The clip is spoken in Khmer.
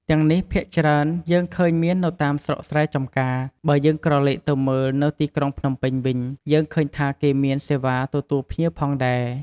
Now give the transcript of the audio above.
ទាំងនេះភាគច្រើនយើងឃើញមាននៅតាមស្រុកស្រែចំការ បើយើងក្រឡេកទៅមើលនៅទីក្រុងភ្នំពេញវិញ យើងឃើញថាគេមានសេវាទទួលភ្ញៀវផងដែរ។